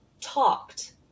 talked